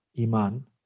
Iman